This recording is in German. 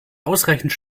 ausreichend